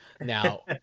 Now